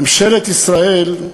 ממשלת ישראל,